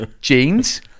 jeans